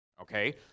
okay